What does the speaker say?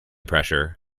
pressure